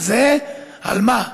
על מה?